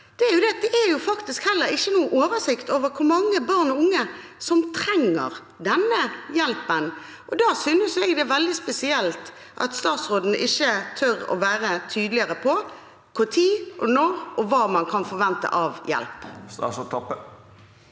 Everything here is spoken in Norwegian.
er at det faktisk heller ikke er noen oversikt over hvor mange barn og unge som trenger denne hjelpen. Da synes jeg det er veldig spesielt at statsråden ikke tør å være tydeligere på når man kan forvente hjelp, og hva man kan forvente av hjelp. Statsråd